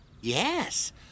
Yes